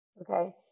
Okay